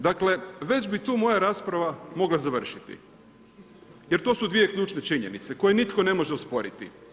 Dakle, već bi tu moja rasprava mogla završiti, jer to su dvije ključne činjenice koje nitko ne može usporiti.